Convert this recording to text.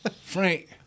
Frank